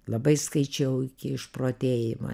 labai skaičiau iki išprotėjimo